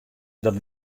dat